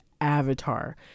Avatar